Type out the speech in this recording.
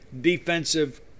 defensive